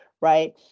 right